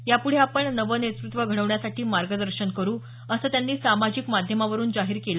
यापुढे आपण नवं नेतृत्व घडवण्यासाठी मार्गदर्शन करू असं त्यांनी सामाजिक माध्यमावरुन जाहीर केलं